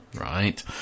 Right